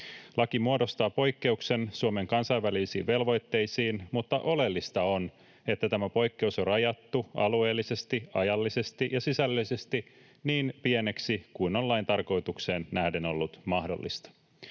Laki muodostaa poikkeuksen Suomen kansainvälisiin velvoitteisiin, mutta oleellista on, että tämä poikkeus on rajattu alueellisesti, ajallisesti ja sisällöllisesti niin pieneksi kuin on lain tarkoitukseen nähden ollut mahdollista.